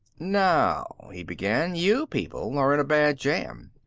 now, he began, you people are in a bad jam.